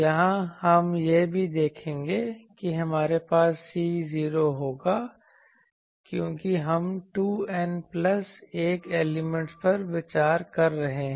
यहाँ हम यह भी देखेंगे कि हमारे पास C0 होगा क्योंकि हम 2N प्लस 1 एलिमेंट पर विचार कर रहे हैं